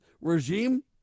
regime